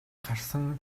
гарсан